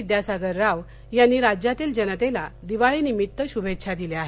विद्यासागर राव यांनी राज्यातील जनतेला दिवाळी निमित्त शुभेच्छा दिल्या आहेत